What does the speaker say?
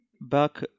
back